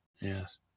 yes